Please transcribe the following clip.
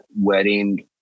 wedding